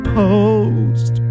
post